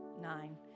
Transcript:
nine